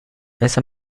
esa